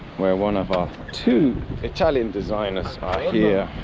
where one of our two italian designers are here,